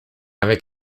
avec